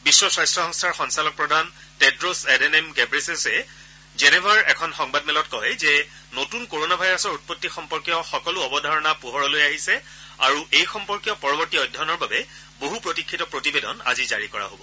বিশ্ব স্বাস্থ্য সংস্থাৰ সঞ্চালক প্ৰধান টেড়োছ এডহেনম ঘেব্ৰেছছে জেনেভাৰ এখন সংবাদমেলত কয় যে নতুন কৰনা ভাইৰাছৰ উৎপত্তি সম্পৰ্কীয় সকলো অৱধাৰণা পোহৰলৈ আহিছে আৰু এই সম্পৰ্কীয় পৰৱৰ্তী অধ্যয়নৰ বাবে বছ প্ৰতীক্ষিত প্ৰতিবেদন আজি জাৰি কৰা হ'ব